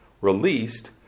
released